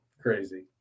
Crazy